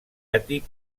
àtic